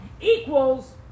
equals